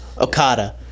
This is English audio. Okada